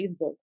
Facebook